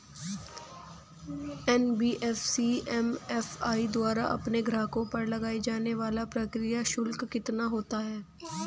NBFC MFI द्वारा अपने ग्राहकों पर लगाए जाने वाला प्रक्रिया शुल्क कितना होता है?